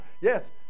Yes